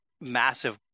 massive